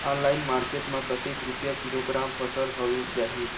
Online market मां कतेक रुपिया किलोग्राम फसल हवे जाही?